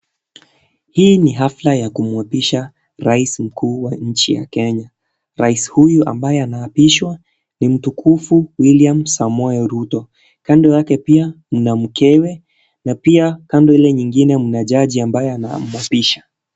Hii ni afla ya kumuapisha rais mkuu wa nchi ya kenya rais huyu ambaye anaapishwa ni Mtukufu William Samoe Ruto , kando yake pia kuna mkewe na pia kando ile nyingine kuna jaji ambaye anamuapisha.